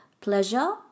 pleasure